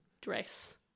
dress